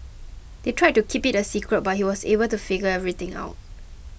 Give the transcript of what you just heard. they tried to keep it a secret but he was able to figure everything out